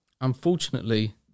Unfortunately